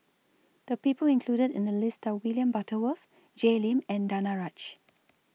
The People included in The list Are William Butterworth Jay Lim and Danaraj